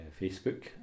Facebook